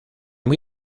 muy